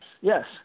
Yes